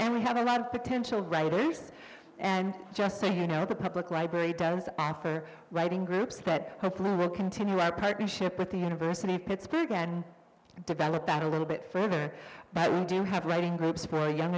and we have a lot of potential writings and just say you know what the public library does after writing groups that hopefully will continue our partnership with the university of pittsburgh and develop that a little bit but we do have writing groups for young